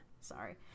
sorry